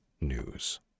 news